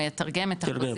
או יתרגם את החוזים --- תרגם,